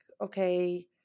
okay